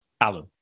Alan